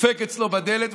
דופק אצלו בדלת,